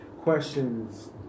questions